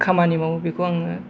खामानि मावो बेखौ आं